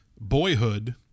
Boyhood